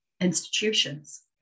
institutions